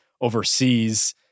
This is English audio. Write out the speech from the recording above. overseas